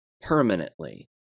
permanently